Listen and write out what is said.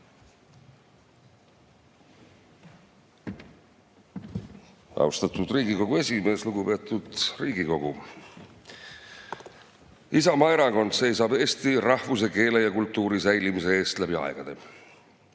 Austatud Riigikogu esimees! Lugupeetud Riigikogu! Isamaa Erakond seisab eesti rahvuse, keele ja kultuuri säilimise eest läbi aegade.